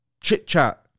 chit-chat